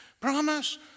Promise